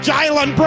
Jalen